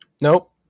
Nope